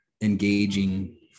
engaging